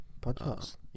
podcast